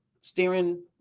steering